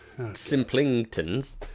Simplingtons